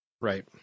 Right